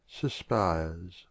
suspires